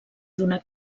donar